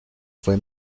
fue